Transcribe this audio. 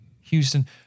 Houston